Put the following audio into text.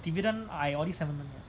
dividend I only